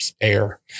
air